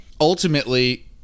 ultimately